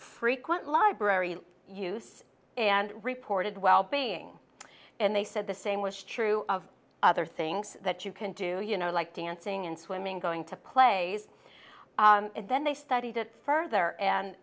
frequent library use and reported wellbeing and they said the same was true of other things that you can do you know like dancing and swimming going to play and then they studied it further and